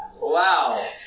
Wow